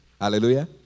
Hallelujah